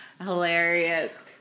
Hilarious